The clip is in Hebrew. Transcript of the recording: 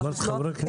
אמרת חברי הכנסת.